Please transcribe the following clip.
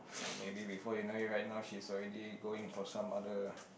maybe before you know it right now she's already going for some other